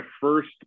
first